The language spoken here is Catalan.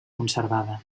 conservada